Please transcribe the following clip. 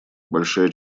большая